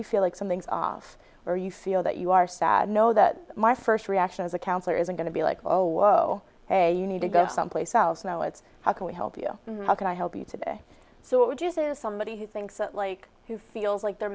you feel like something's off or you feel that you are sad know that my first reaction is a counselor isn't going to be like oh hey you need to go someplace else now it's how can we help you how can i help you today so what would you say to somebody who thinks that like who feels like the